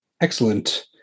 excellent